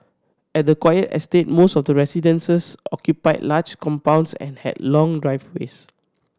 at the quiet estate most of the residences occupied large compounds and had long driveways